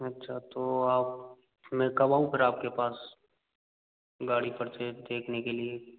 अच्छा तो आप मैं कब आऊँ फिर आपके पास गाड़ी परचेज़ देखने के लिए